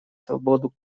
свободу